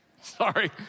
sorry